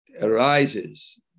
arises